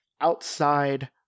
outside